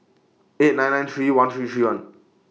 eight nine nine three one three three one